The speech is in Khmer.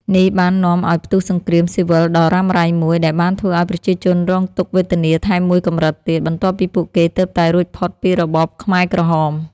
នេះបាននាំឱ្យផ្ទុះសង្គ្រាមស៊ីវិលដ៏រ៉ាំរ៉ៃមួយ ដែលបានធ្វើឱ្យប្រជាជនរងទុក្ខវេទនាថែមមួយកម្រិតទៀត បន្ទាប់ពីពួកគេទើបតែរួចផុតពីរបបខ្មែរក្រហម។